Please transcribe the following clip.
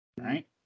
Right